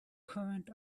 current